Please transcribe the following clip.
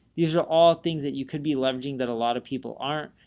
these are all things that you could be leveraging that a lot of people aren't.